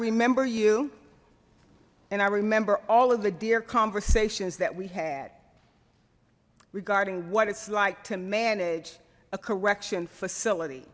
remember you and i remember all of the dear conversations that we had regarding what it's like to manage a correction facility